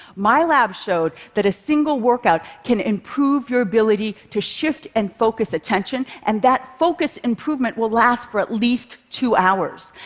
my lab showed that a single workout can improve your ability to shift and focus attention, and that focus improvement will last for at least two hours.